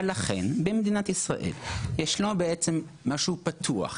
אבל לכן במדינת ישראל ישנו משהו פתוח,